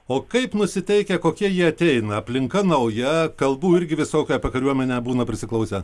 o kaip nusiteikę kokie jie ateina aplinka nauja kalbų irgi visokių apie kariuomenę būna prisiklausę